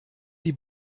die